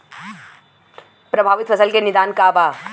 प्रभावित फसल के निदान का बा?